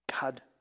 God